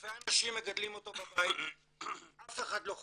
אלפי אנשים מגדלים אותו בבית, אף אחד לא חולה,